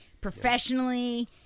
professionally